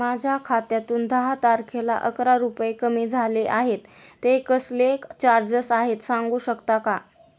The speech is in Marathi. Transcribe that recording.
माझ्या खात्यातून दहा तारखेला अकरा रुपये कमी झाले आहेत ते कसले चार्जेस आहेत सांगू शकता का?